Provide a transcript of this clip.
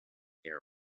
air